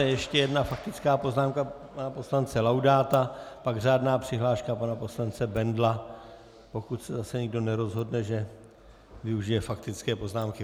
Ještě jedna faktická poznámka pana poslance Laudáta, pak řádná přihláška pana poslance Bendla, pokud se zase někdo nerozhodne, že využije faktické poznámky.